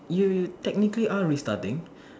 you you technically are restarting